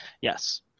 Yes